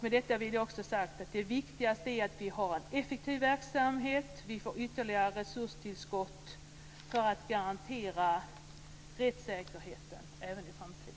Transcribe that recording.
Med detta vill jag också ha sagt att det viktigaste är att vi har en effektiv verksamhet och att vi får ytterligare resurstillskott för att garantera rättssäkerheten även i framtiden.